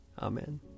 Amen